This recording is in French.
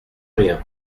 rien